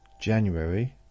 January